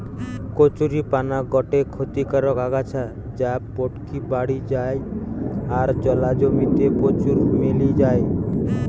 কচুরীপানা গটে ক্ষতিকারক আগাছা যা পটকি বাড়ি যায় আর জলা জমি তে প্রচুর মেলি যায়